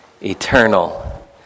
eternal